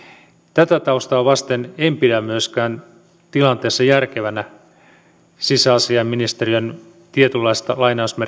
tätä taustaa vasten en pidä tilanteessa järkevänä myöskään sisäasianministeriön tietynlaista